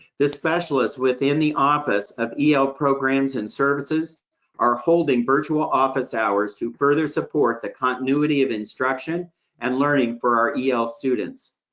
the specialists within the office of el programs and services are holding virtual office hours to further support the continuity of instruction and learning for our el students.